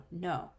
no